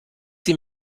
sie